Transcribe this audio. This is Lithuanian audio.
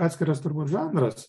atskiras turbūt žanras